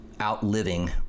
outliving